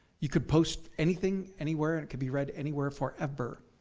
you could post anything anywhere and it can be read anywhere forever.